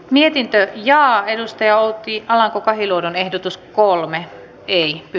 mietintö linjaa edusti outi alanko kahiluodonehdotus kolme vicky